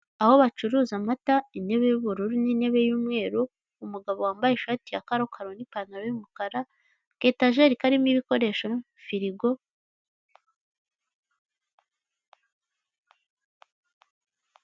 Aho bacuruza amata intebe yu ubururu n intebe yu mweru umugabo wambaye ishati ya karokaro nipanaro y'umukara aketajeri karimo ibikoresho firigo.